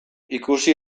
ikusi